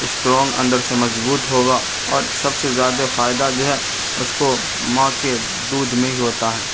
strong اندر سے مضبوط ہوغا اور سب سے زیادہ فائدہ جو ہے اس کو ماں کے دودھ میں ہی ہوتا ہے